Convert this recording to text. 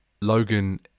Logan